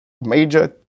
major